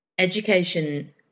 education